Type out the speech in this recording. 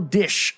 dish